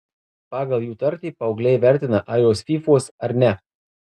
pagal jų tartį paaugliai įvertina ar jos fyfos ar ne